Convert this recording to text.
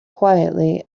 quietly